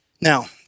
Now